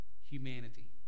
humanity